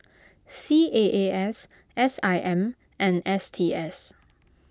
C A A S S I M and S T S